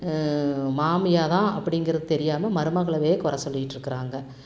மாமியார் தான் அப்டிங்ககிறது தெரியாமல் மருமகளயே கொறை சொல்லிட்டிருக்கிறாங்க